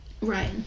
Right